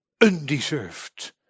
undeserved